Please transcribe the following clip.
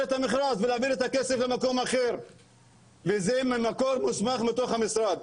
את המכרז ולהעביר את הכסף למקום אחר וזה ממקור מוסמך מתוך המשרד,